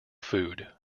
food